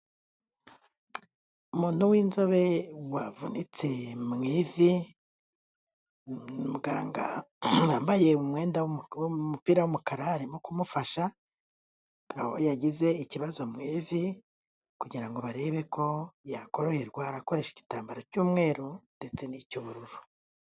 Umuntu w'inzobe wavunitse mu ivi, muganga wambaye umwenda umupira w'umukara arimo kumufasha, aho yagize ikibazo mu ivi, kugira ngo barebe ko yakoroherwa, arakoresha igitambaro cy'umweru, ndetse n'icy'ubururu.